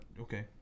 Okay